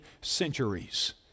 centuries